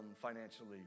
financially